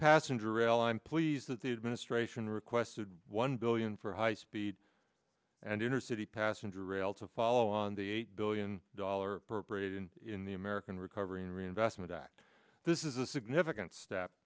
passenger rail i'm pleased that the administration requested one billion for high speed and inner city passenger rail to follow on the eight billion dollars appropriate and in the american recovery and reinvestment act this is a significant step